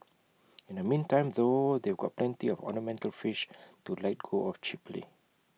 in the meantime though they've got plenty of ornamental fish to let go of cheaply